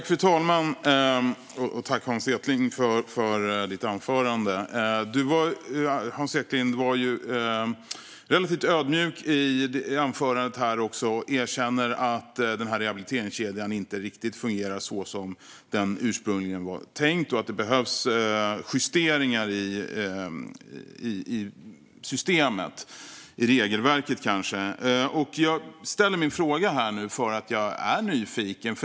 Fru talman! Jag tackar Hans Eklind för hans anförande, där han var relativt ödmjuk och erkände att rehabiliteringskedjan inte riktigt fungerar så som det ursprungligen var tänkt och att det kanske behövs justeringar i systemet och i regelverket. Jag ställer min fråga för att jag är nyfiken.